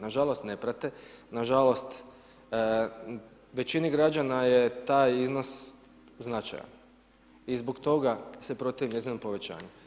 Nažalost ne prate, nažalost većini građana je taj iznos značajan i zbog toga se protivim njezinom povećanju.